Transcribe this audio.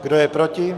Kdo je proti?